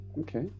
okay